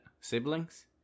siblings